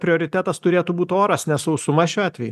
prioritetas turėtų būt oras ne sausuma šiuo atveju